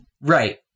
Right